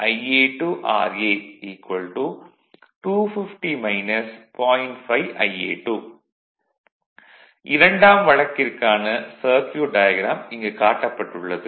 5Ia2 vlcsnap 2018 11 05 10h12m14s114 இரண்டாம் வழக்கிற்கான circuit diagram இங்கு காட்டப்பட்டு உள்ளது